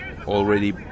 already